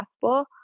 possible